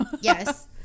Yes